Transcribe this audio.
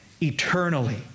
eternally